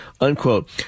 unquote